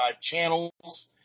channels